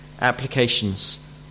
applications